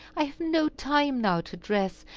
i have no time now to dress,